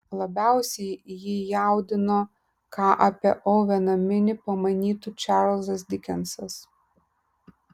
labiausiai jį jaudino ką apie oveną minį pamanytų čarlzas dikensas